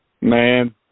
man